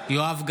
יואב גלנט,